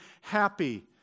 happy